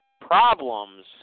problems